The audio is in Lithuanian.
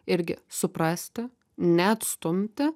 irgi suprasti neatstumti